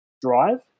drive